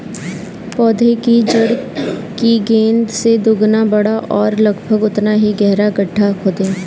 पौधे की जड़ की गेंद से दोगुना बड़ा और लगभग उतना ही गहरा गड्ढा खोदें